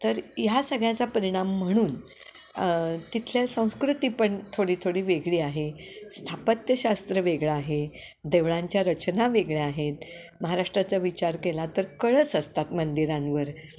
तर ह्या सगळ्याचा परिणाम म्हणून तिथल्या संस्कृती पण थोडी थोडी वेगळी आहे स्थापत्यशास्त्र वेगळ आहे देवळांच्या रचना वेगळ्या आहेत महाराष्ट्राचा विचार केला तर कळस असतात मंदिरांवर